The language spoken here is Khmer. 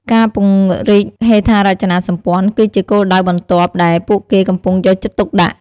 ការពង្រីកហេដ្ឋារចនាសម្ព័ន្ធគឺជាគោលដៅបន្ទាប់ដែលពួកគេកំពុងយកចិត្តទុកដាក់។